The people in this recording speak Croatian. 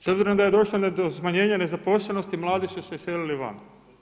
S obzirom da je došlo do smanjenja nezaposlenosti, mladi su se iselili van.